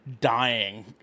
dying